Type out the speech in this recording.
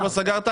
לא סגרת,